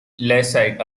leaside